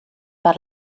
per